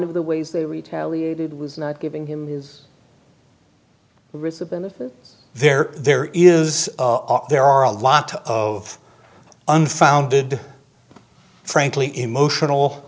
of the ways they retaliated was not giving him is there there is there are a lot of unfounded frankly emotional